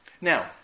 Now